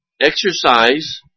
exercise